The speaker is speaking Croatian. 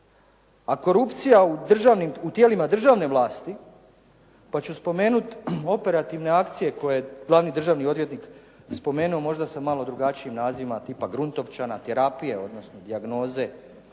A korupcija u tijelima državne vlasti, pa ću spomenuti operativne akcije koje je glavni državni odvjetnik spomenuo, možda sa malo drugačijim nazivima tipa "Gruntovčana", "Terapije", odnosno "Dijagnoze".